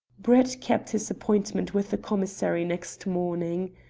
brett kept his appointment with the commissary next morning.